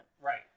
Right